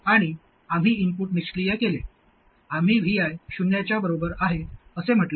आणि आम्ही इनपुट निष्क्रिय केले आम्ही Vi शून्यच्या बरोबर आहे असे म्हटले